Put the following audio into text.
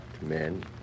men